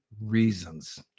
reasons